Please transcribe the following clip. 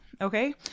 Okay